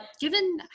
given